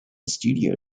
studio